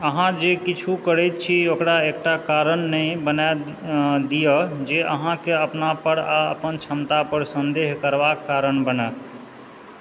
अहाँ जे किछु करैत छी ओकरा एकटा कारण नहि बनय दिअ जे अहाँकेँ अपनापर आ अपन क्षमतापर सँदेह करबाक कारण बनऽ